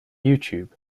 youtube